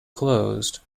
closed